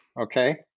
Okay